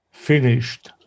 finished